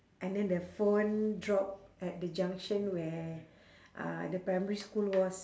and then the phone drop at the junction where uh the primary school was